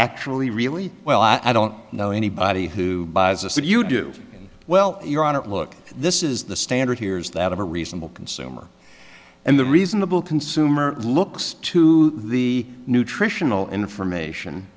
really well i don't know anybody who buys a suit you do well you're on it look this is the standard here is that of a reasonable consumer and the reasonable consumer looks to the nutritional information